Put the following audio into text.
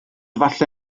falle